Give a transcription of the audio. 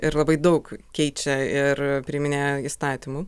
ir labai daug keičia ir priiminėja įstatymų